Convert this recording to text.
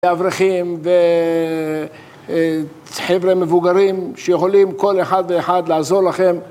ואברכים וחבר'ה מבוגרים שיכולים כל אחד ואחד לעזור לכם